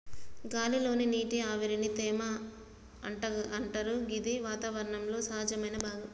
గాలి లోని నీటి ఆవిరిని తేమ అంటరు గిది వాతావరణంలో సహజమైన భాగం